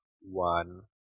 one